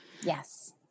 Yes